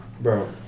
Bro